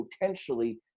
potentially